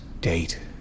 date